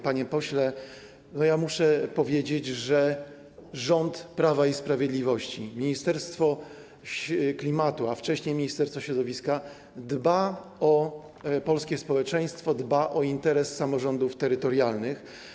Panie pośle, muszę powiedzieć, że rząd Prawa i Sprawiedliwości, Ministerstwo Klimatu, a wcześniej Ministerstwo Środowiska, dbają o polskie społeczeństwo, o interes samorządów terytorialnych.